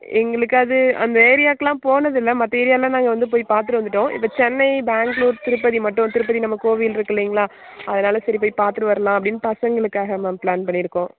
எங்களுக்கு அது அந்த ஏரியாக்கெல்லாம் போனது இல்லை மற்ற ஏரியாவெல்லாம் நாங்கள் வந்து போய் பார்த்துட்டு வந்துவிட்டோம் இப்போ சென்னை பெங்களூர் திருப்பதி மட்டும் திருப்பதி நம்ம கோவில் இருக்குது இல்லைங்களா அதனால சரி போய் பார்த்துட்டு வந்துடுவோம் அப்படினு பசங்களுக்காக மேம் பிளான் பண்ணியிருக்கோம்